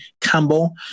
Campbell